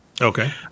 Okay